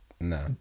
no